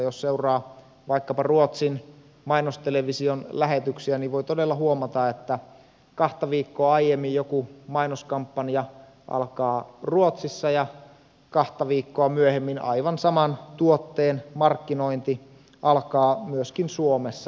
jos seuraa vaikkapa ruotsin mainostelevision lähetyksiä niin voi todella huomata että kahta viikkoa aiemmin joku mainoskampanja alkaa ruotsissa ja kahta viikkoa myöhemmin aivan saman tuotteen markkinointi alkaa myöskin suomessa